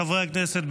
חברי הכנסת,